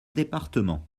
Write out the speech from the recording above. départements